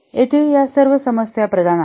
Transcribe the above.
येथे या सर्व समस्या प्रधान आहेत